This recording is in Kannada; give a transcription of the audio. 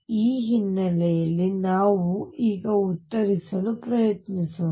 ಈ ಹಿನ್ನೆಲೆಯಲ್ಲಿ ನಾವು ಈಗ ಉತ್ತರಿಸಲು ಪ್ರಯತ್ನಿಸೋಣ